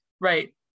right